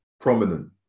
Prominent